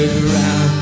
ground